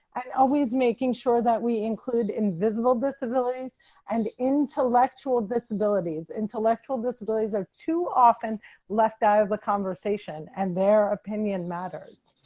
and always making sure that we include invisible disabilities and intellectual disabilities intellectual disabilities are too often left out of the conversation and their opinion matters.